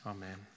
Amen